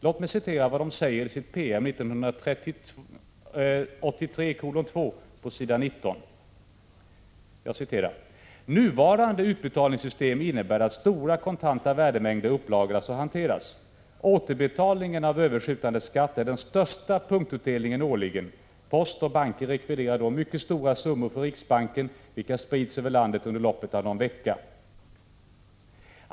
Låt mig citera vad de säger i sin PM 1983:2 på s. 19: 131 ”Nuvarande utbetalningssystem innebär att stora kontanta värdemängder upplagras och hanteras. Återbetalningen av överskjutande skatt är den största punktutbetalningen årligen. Post och banker rekvirerar då mycket stora summor från riksbanken, vilka sprids över landet under loppet av någon vecka.